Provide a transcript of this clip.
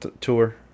tour